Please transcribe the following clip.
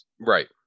right